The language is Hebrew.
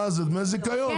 זה דמי זיכיון,